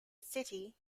city